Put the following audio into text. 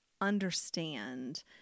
understand